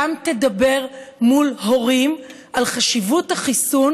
גם תדבר עם הורים על חשיבות החיסון,